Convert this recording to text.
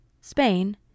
Spain